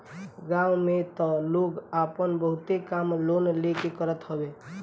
गांव में तअ लोग आपन बहुते काम लोन लेके करत हवे